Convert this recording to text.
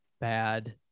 bad